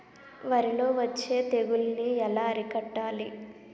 వరిలో వచ్చే తెగులని ఏలా అరికట్టాలి?